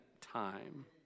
time